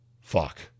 fuck